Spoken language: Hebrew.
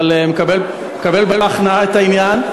אבל מקבל בהכנעה את העניין,